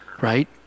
right